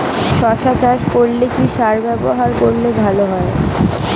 শশা চাষ করলে কি সার ব্যবহার করলে ভালো হয়?